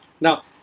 now